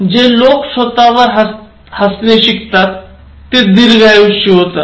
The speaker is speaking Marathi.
जे लोक स्वत वर हसणे शिकतात ते दीर्घायुषी असतात